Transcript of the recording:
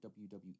WWE